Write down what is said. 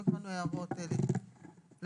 לא קיבלנו הערות לנוסח,